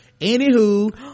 Anywho